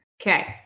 Okay